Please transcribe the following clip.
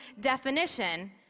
definition